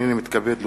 הנני מתכבד להודיע,